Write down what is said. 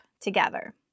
together